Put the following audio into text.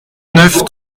neuf